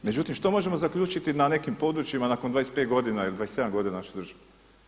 Međutim, što možemo zaključiti na nekim područjima nakon 25 godina ili 27 godina što držimo.